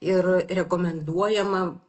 ir rekomenduojama